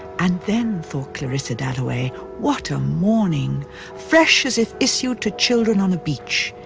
and then, thought clarissa dalloway, what a morning fresh as if issued to children on the beach.